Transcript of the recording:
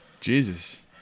Jesus